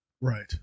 Right